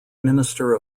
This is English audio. minister